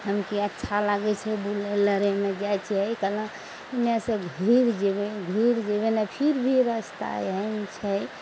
तहन की अच्छा लागय छै बुलय लड़यमे जाइ छियै अइ तरह ओन्नेसँ घुरि जेबय घुरि जेबय ने फिर भी रस्ता एहन छै